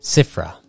Sifra